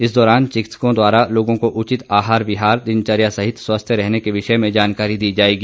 इस दौरान चिकित्सकों द्वारा लोगों को उचित आहार विहार व्यवहार दिनचर्या सहित स्वस्थ रहने के विषय में जानकारी दी जाएगी